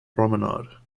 promenade